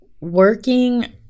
working